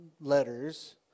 letters